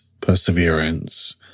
perseverance